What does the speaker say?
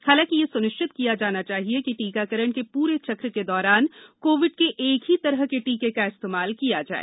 हालांकि यह सुनिश्चित किया जाना चाहिए कि टीकाकरण के पूरे चक के दौरान कोविड के एक ही तरह के टीके का इस्तेमाल किया जाए